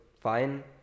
fine